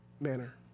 manner